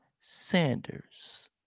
Sanders